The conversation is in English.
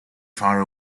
far